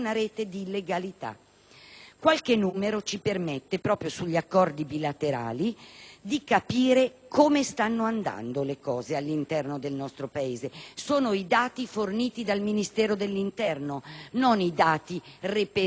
Qualche numero ci permette, proprio sugli accordi bilaterali, di capire come stanno andando le cose all'interno del nostro Paese. Secondo i dati forniti dal Ministero dell'interno, non quindi reperiti da altre fonti,